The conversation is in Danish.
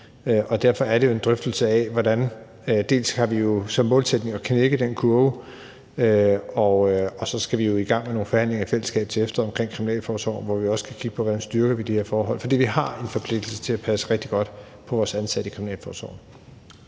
derfor er det op til en drøftelse. Vi har som målsætning at knække den kurve, og vi skal jo i fællesskab i gang med nogle forhandlinger til efteråret omkring kriminalforsorgen, hvor vi også skal kigge på, hvordan vi styrker de her forhold. For vi har en forpligtelse til at passe rigtig godt på vores ansatte i kriminalforsorgen.